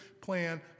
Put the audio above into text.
plan